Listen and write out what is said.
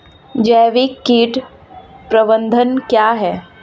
जैविक कीट प्रबंधन क्या है?